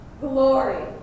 Glory